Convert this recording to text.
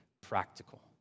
practical